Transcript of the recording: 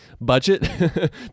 budget